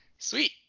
Sweet